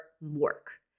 work